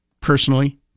personally